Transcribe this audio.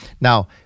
now